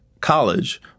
college